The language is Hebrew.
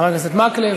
חבר הכנסת מקלב.